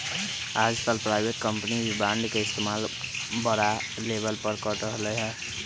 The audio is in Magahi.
आजकल प्राइवेट कम्पनी भी बांड के इस्तेमाल बड़ा लेवल पर कर रहले है